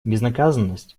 безнаказанность